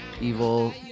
evil